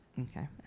okay